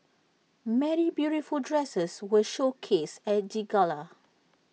many beautiful dresses were showcased at the gala